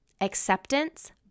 acceptance